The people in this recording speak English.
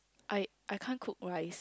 I I can't cook rice